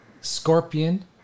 scorpion